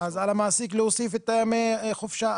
אז על המעסיק להוסיף את ימי החופשה,